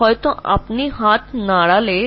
তবে তুমি নিজের হাত সরিয়ে নিতে পার